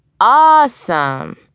Awesome